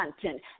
content